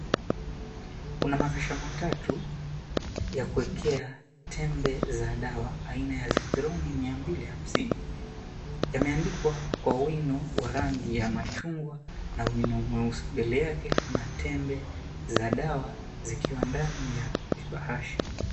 Kuna makasha matatu ya kuwekea matembe za dawa aina ya zithroni mia mbili hamsini, yamebandikwa kwa wino ya rangi ya machungwa na wino weusi mbele yake, kuna tembe za dawa zikiwa ndani ya mibahasha.